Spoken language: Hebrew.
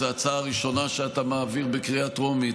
זו ההצעה הראשונה שאתה מעביר בקריאה טרומית,